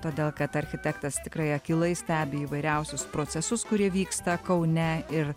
todėl kad architektas tikrai akylai stebi įvairiausius procesus kurie vyksta kaune ir